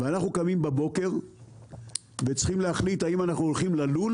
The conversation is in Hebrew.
אנחנו קמים בבוקר וצריכים להחליט אם אנחנו הולכים ללול